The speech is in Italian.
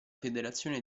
federazione